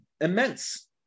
immense